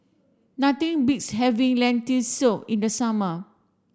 nothing beats having Lentil soup in the summer